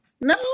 No